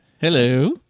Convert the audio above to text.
Hello